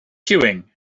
queuing